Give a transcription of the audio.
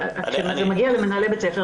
כשזה מגיע למנהלי בתי ספר,